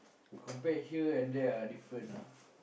compare her and there ah different ah